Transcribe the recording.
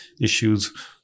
issues